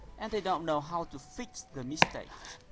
and they don't know how to fix the mistakes.